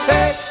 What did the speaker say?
Hey